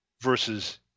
versus